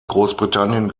großbritannien